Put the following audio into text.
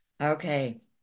Okay